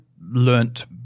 learnt